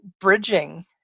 bridging